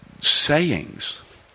sayings